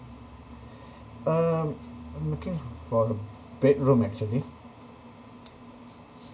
um I'm looking for a bedroom actually